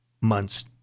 months